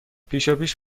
پیشاپیش